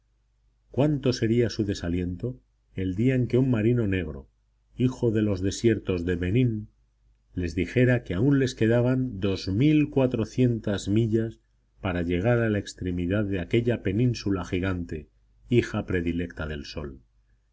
cuánto sería su desaliento el día en que un marino negro hijo de los desiertos de benín les dijera que aún les quedaban dos mil cuatrocientas millas para llegar a la extremidad de aquella península gigante hija predilecta del sol